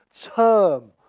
term